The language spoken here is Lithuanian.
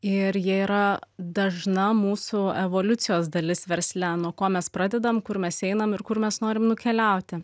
ir jie yra dažna mūsų evoliucijos dalis versle nuo ko mes pradedam kur mes einam ir kur mes norim nukeliauti